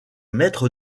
maître